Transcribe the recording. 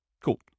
Cool